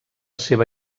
seva